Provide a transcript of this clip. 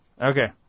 Okay